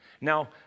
Now